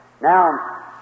Now